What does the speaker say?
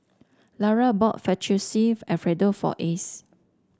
Lara bought Fettuccine Alfredo for Ace